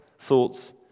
thoughts